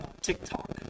TikTok